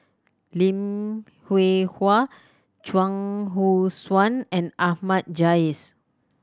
Lim Hwee Hua Chuang Hui Tsuan and Ahmad Jais